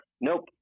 nope